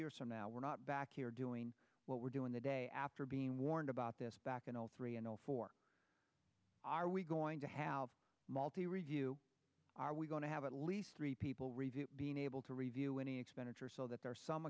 years from now we're not back here doing what we're doing the day after being warned about this back in zero three and zero four are we going to have multi review are we going to have at least three people review being able to review any expenditure so that there are some